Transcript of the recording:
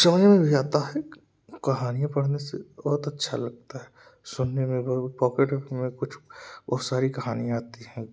समझ में भी आता है कहानियाँ पढ़ने से बहुत अच्छा लगता है सुनने में पॉकेट ऍफ़ एम बहुत सारी कहानियाँ आती हैं